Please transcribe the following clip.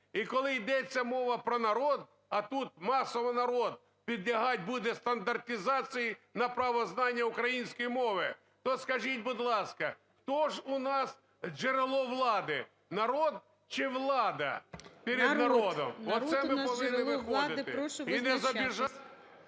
І коли йдеться мова про народ, а тут масово народ підлягати буде стандартизації на правознання української мови, то скажіть, будь ласка, хто ж у нас джерело влади – народ чи влада перед народом? Оце ми повинні виходити. І не … ГОЛОВУЮЧИЙ. Народ! Народ у нас джерело влади. Прошу визначатися.